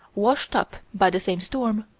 washed up by the same storm,